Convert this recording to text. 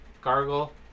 Gargle